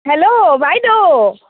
hello বাইদ'